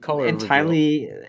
entirely